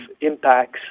impacts